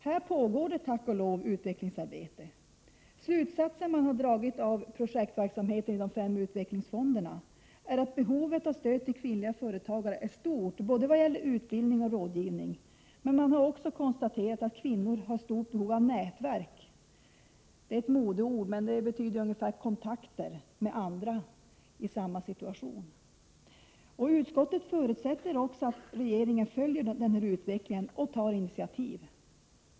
Här pågår det tack och lov ett utvecklingsarbete. Den slutsats man dragit av projektverksamheten i de fem utvecklingsfonderna är att behovet av stöd till kvinnliga företagare är stort vad gäller både utbildning och rådgivning, men man har också konstaterat att kvinnor har stort behov av nätverk — det är ett modeord som betyder kontakter med andra i samma situation. Utskottet förutsätter också att regeringen följer den här utvecklingen och tar initiativ.